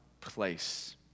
place